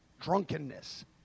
drunkenness